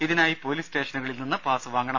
ഇതിനായി പൊലീസ് സ്റ്റേഷനിൽ നിന്ന് പാസ് വാങ്ങണം